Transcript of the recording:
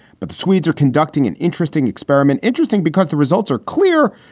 but the swedes are conducting an interesting experiment. interesting because the results are clear,